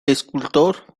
escultor